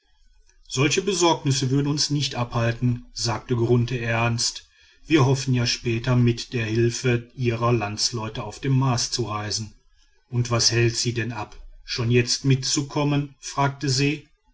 solche besorgnisse würden uns nicht abhalten sagte grunthe ernst wir hoffen ja später mit der hilfe ihrer landsleute auf den mars zu reisen und was hält sie denn ab schon jetzt mit uns zu kommen fragte se